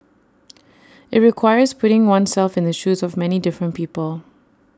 IT requires putting oneself in the shoes of many different people